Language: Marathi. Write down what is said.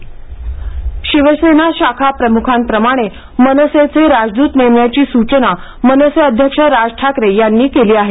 मनसे बैठक शिवसेना शाखाप्रमुखांप्रमाणे मनसेचे राजद्रत नेमण्याची सूचना मनसे अध्यक्ष राज ठाकरे यांनी केली आहे